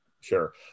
sure